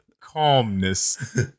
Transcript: Calmness